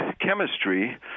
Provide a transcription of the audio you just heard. chemistry